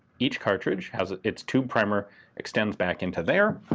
each cartridge has its tube primer extend back into there,